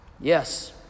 Yes